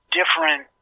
different